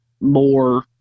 more